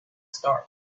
start